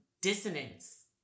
dissonance